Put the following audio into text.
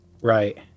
Right